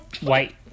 White